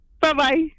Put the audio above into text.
Bye-bye